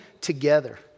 together